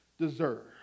deserve